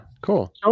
Cool